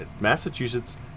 Massachusetts